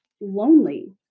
lonely